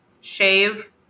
shave